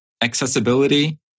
accessibility